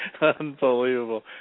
Unbelievable